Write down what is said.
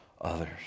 others